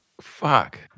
Fuck